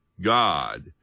God